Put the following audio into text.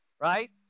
right